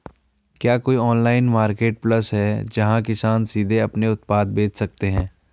क्या कोई online marketplace है, जहां किसान सीधे अपने उत्पाद बेच सकते हैं?